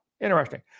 Interesting